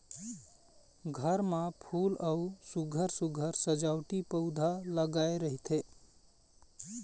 घर म फूल अउ सुग्घर सुघ्घर सजावटी पउधा लगाए रहिथे